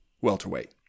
Welterweight